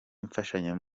imfashanyo